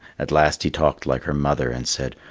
at last he talked like her mother, and said,